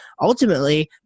ultimately